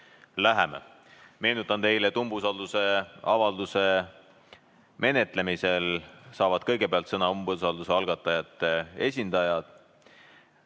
läheme. Meenutan teile, et umbusaldusavalduse menetlemisel saab kõigepealt sõna umbusaldusavalduse algatajate esindaja.